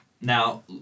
Now